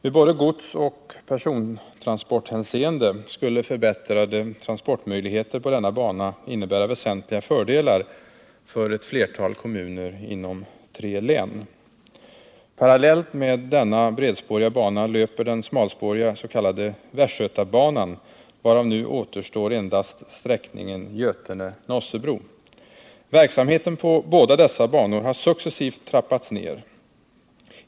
I både godsoch persontransporthänseende skulle förbättrade transportmöj ligheter på denna bana innebära väsentliga fördelar för ett flertal kommuner inom tre län. Verksamheten på båda dessa banor har successivt trappats ned.